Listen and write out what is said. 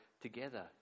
together